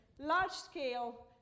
large-scale